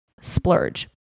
splurge